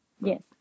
Yes